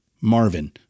Marvin